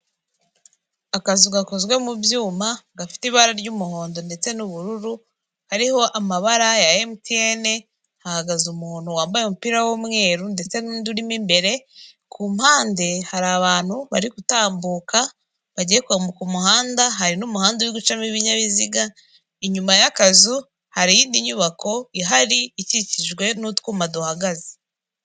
Umugore wambaye ikanzu y'igitenge ahagaze mu nzu ikorerwamo ubucuruzi bw'imyenda idoze, nayo imanitse ku twuma dufite ibara ry'umweru, hasi no hejuru ndetse iyo nzu ikorerwamo ubucuruzi ifite ibara ry'umweru ndetse n'inkingi zishinze z'umweru zifasheho iyo myenda imanitse.